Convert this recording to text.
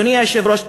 אדוני היושב-ראש,